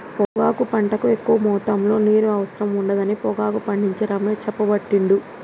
పొగాకు పంటకు ఎక్కువ మొత్తములో నీరు అవసరం ఉండదని పొగాకు పండించే రమేష్ చెప్పబట్టిండు